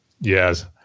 Yes